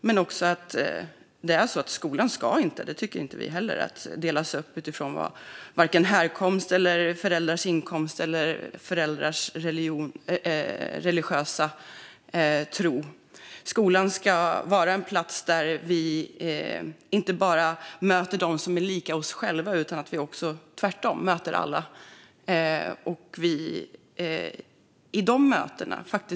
Vi tycker inte heller att skolan ska dela upp elever utifrån vare sig härkomst, föräldrars inkomst eller föräldrars religiösa tro. Skolan ska vara en plats där vi inte bara möter dem som är lika oss själva, utan i skolan - om inte annat - ska vi tvärtom möta alla.